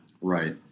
Right